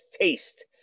taste